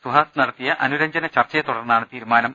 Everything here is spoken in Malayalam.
സുഹാസ് നട ത്തിയ അനുരഞ്ജന ചർച്ചയെ തുടർന്നാണ് തീരുമാനം